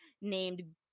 named